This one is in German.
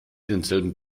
denselben